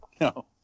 No